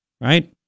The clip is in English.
Right